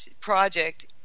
project